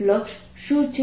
flux શું છે